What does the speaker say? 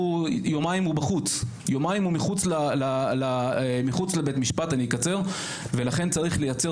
יומיים הוא מחוץ לבית משפט ולכן צריך לייצר